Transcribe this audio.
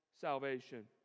salvation